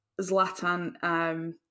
Zlatan